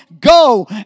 go